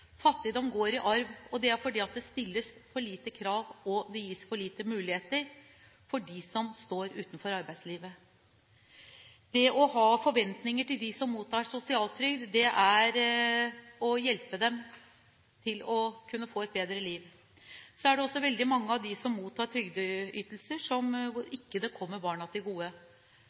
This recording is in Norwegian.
Fattigdom går i arv, og det er fordi det stilles for lite krav til, og det gis for lite muligheter for dem som står utenfor arbeidslivet. Det å ha forventninger til dem som mottar sosialtrygd, er å hjelpe dem til å få et bedre liv. Så er det også slik at hos veldig mange av dem som mottar trygdeytelser, kommer det ikke barna til gode.